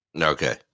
okay